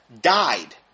died